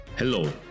Hello